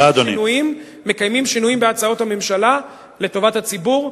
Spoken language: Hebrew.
מקיימים שינויים בהצעות הממשלה לטובת הציבור,